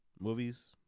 movies